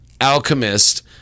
Alchemist